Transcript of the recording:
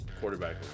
quarterback